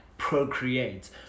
procreate